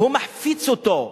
הוא מחפיץ אותו,